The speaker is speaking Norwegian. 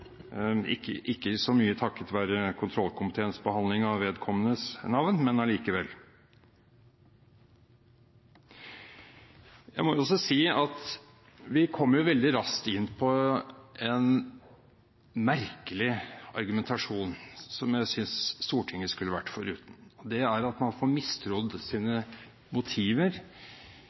ikke så mye takket være kontroll- og konstitusjonskomiteens behandling av vedkommendes navn, men likevel. Jeg må også si at vi veldig raskt kommer inn på en merkelig argumentasjon som jeg synes Stortinget skulle vært foruten. Det er at man får mistrodd sine motiver.